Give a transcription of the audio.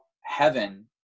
heaven